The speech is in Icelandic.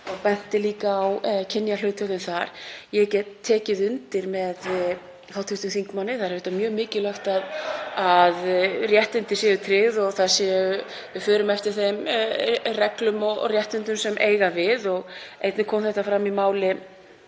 hún benti líka á kynjahlutföllin þar. Ég get tekið undir með hv. þingmanni. Það er mjög mikilvægt að réttindi séu tryggð og að við förum eftir þeim reglum og réttindum sem eiga við. Einnig kom þetta fram í máli